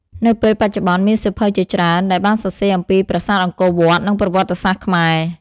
នៅពេលបច្ចុប្បន្ន មានសៀវភៅជាច្រើនដែលបានសរសេរអំពីប្រាសាទអង្គរវត្ត និងប្រវត្តិសាស្ត្រខ្មែរ។